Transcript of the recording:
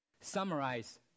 summarize